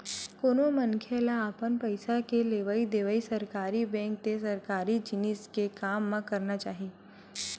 कोनो मनखे ल अपन पइसा के लेवइ देवइ सरकारी बेंक ते सरकारी जिनिस के काम म करना चाही